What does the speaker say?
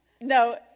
No